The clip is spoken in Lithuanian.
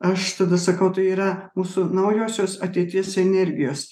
aš tada sakau tai yra mūsų naujosios ateities energijos